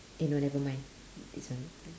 you know nevermind this one